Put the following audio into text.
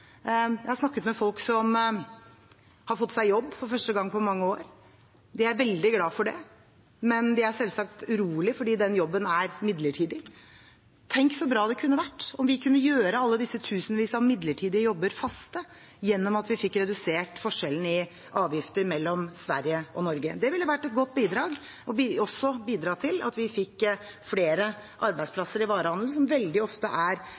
Jeg har snakket med folk som har fått seg jobb for første gang på mange år. De er veldig glad for det, men de er selvsagt urolige fordi den jobben er midlertidig. Tenk så bra det hadde vært om vi kunne gjøre alle disse tusenvis av midlertidige jobber faste gjennom at vi fikk redusert forskjellen i avgifter mellom Sverige og Norge! Det ville vært et godt bidrag, og også bidratt til at vi fikk flere arbeidsplasser i varehandelen, som veldig ofte er